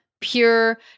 pure